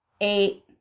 eight